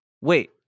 Wait